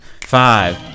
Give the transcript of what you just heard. Five